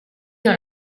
dans